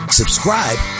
subscribe